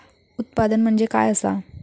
उत्पादन म्हणजे काय असा?